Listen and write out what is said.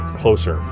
closer